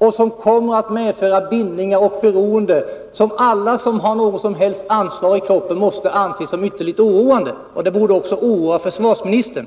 Det kommer att medföra bindningar och beroende, vilket alla som har något som helst ansvar i kroppen måste anse som ytterligt oroande. Det borde oroa också försvarsministern.